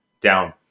down